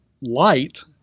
light